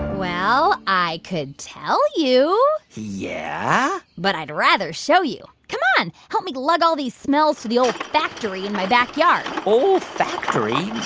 well, i could tell you yeah? but i'd rather show you. come on, help me lug all these smells to the olfactory in my backyard olfactory?